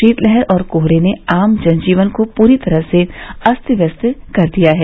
शीतलहर और कोहरे ने आम जन जीवन को पूरी तरह अस्त व्यस्त कर दिया है